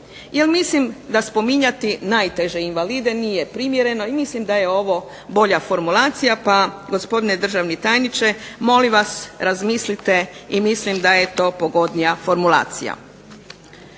Jer mislim da spominjati najteže invalide nije primjereno i mislim da je ovo bolja formulacija pa gospodine državni tajniče molim vas razmislite i mislim da je to pogodnija formulacija.